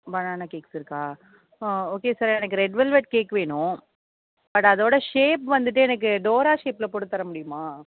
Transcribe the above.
banana cakes இருக்கா oh okay sir எனக்கு red velvet cake வேணும் பட் அதோட ஷேப் வந்துவிட்டு எனக்கு டோரா ஷேப்பில் போட்டுத் தர முடியுமா